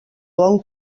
bon